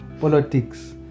politics